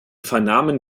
vernahmen